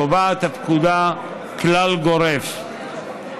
קובעת הפקודה כלל גורף.